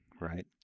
right